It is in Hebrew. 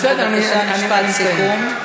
בבקשה, משפט סיכום.